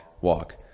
walk